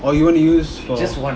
or you want to use for